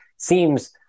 seems